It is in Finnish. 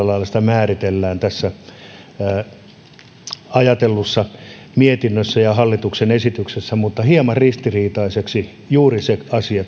lailla sitä määritellään tässä ajatellussa mietinnössä ja hallituksen esityksessä mutta hieman ristiriitaiseksi juuri se asia